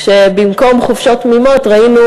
כשבמקום חופשות תמימות ראינו,